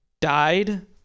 died